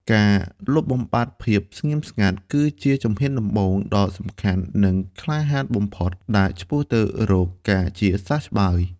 ការលុបបំបាត់ភាពស្ងៀមស្ងាត់ គឺជាជំហានដំបូងដ៏សំខាន់ និងក្លាហានបំផុតដែលឆ្ពោះទៅរកការជាសះស្បើយ។